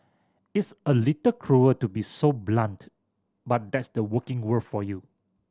it's a little cruel to be so blunt but that's the working world for you